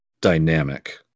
dynamic